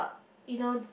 you know